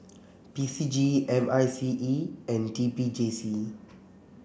P C G M I C E and T P J C